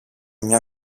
μια